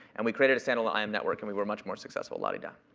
and we created a standalone im network and we were much more successful, la di da.